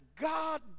God